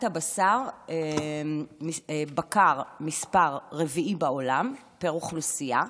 בשר הבקר הרביעית בעולם פר אוכלוסייה,